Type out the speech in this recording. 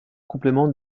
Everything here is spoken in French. complément